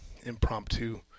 impromptu